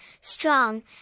strong